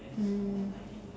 mm